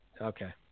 Okay